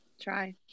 Try